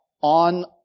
on